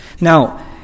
Now